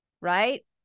right